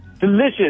delicious